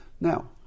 Now